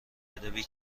ادبی